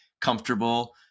comfortable